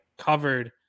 covered